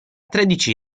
tredici